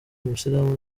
umusilamu